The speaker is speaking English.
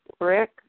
Rick